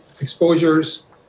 exposures